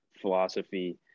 philosophy